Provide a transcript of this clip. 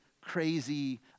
crazy